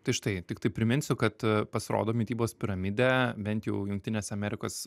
tai štai tiktai priminsiu kad pasirodo mitybos piramidė bent jau jungtinėse amerikos